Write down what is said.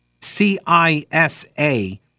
C-I-S-A